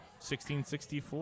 1664